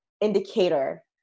indicator